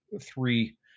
three